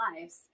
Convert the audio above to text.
lives